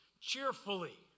cheerfully